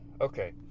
Okay